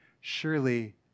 surely